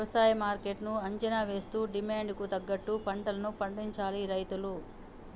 వ్యవసాయ మార్కెట్ ను అంచనా వేస్తూ డిమాండ్ కు తగ్గ పంటలను పండించాలి రైతులు